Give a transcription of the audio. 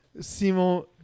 Simon